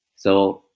so,